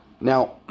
Now